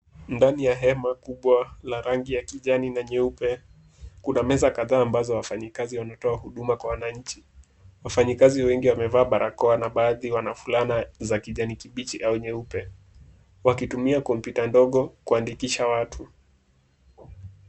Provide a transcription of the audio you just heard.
Ndani ya hema kubwa la rangi ya kijani na nyeupe, kuna meza kadhaa ambazo wafanyikazi wanatoa huduma kwa wananchi. Wafanyakazi wengi wamevaa barakoa na baadhi wana fulana za kijani kibichi au nyeupe wakitumia kompyuta ndogo kuandikisha watu.